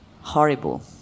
horrible